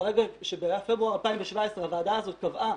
בפברואר 2017 הוועדה הזאת קבעה,